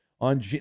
on